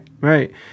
Right